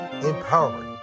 empowering